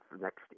Next